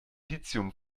lithium